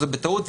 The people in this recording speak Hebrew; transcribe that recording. זה בטעות,